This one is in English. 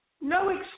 No